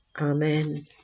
Amen